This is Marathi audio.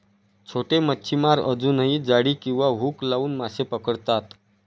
छोटे मच्छीमार अजूनही जाळी किंवा हुक लावून मासे पकडतात